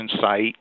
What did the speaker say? site